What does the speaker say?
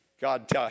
God